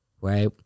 Right